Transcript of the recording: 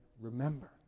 remember